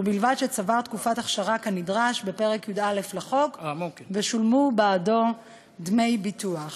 ובלבד שצבר תקופת אכשרה כנדרש בפרק י"א לחוק ושולמו בעדו דמי ביטוח.